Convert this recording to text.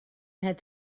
had